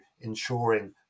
ensuring